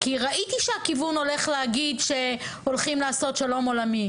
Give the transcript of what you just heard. כי ראיתי שהכיוון הוא שלום עולמי.